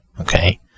okay